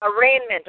Arraignment